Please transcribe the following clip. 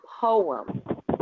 poem